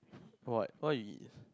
what what you eat